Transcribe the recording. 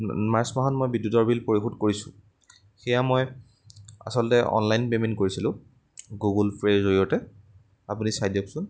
March মাহত মই বিদ্যুতৰ বিল পৰিশোধ কৰিছোঁ সেয়া মই আচলতে অনলাইন পে'মেণ্ট কৰিছিলোঁ গুগল পে'ৰ জৰিয়তে আপুনি চাই দিয়কচোন